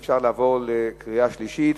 אפשר לעבור לקריאה שלישית.